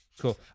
Cool